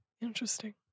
interesting